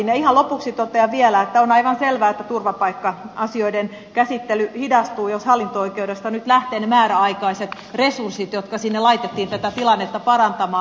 ihan lopuksi totean vielä että on aivan selvää että turvapaikka asioiden käsittely hidastuu jos hallinto oikeudesta nyt lähtevät ne määräaikaiset resurssit jotka sinne laitettiin tätä tilannetta parantamaan